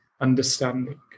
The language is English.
understanding